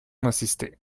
d’insister